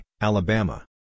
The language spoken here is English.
Alabama